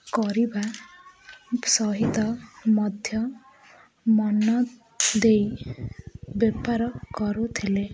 କରିବା ସହିତ ମଧ୍ୟ ମନ ଦେଇ ବେପାର କରୁଥିଲେ